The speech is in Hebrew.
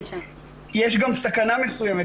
יש גם סכנה מסוימת,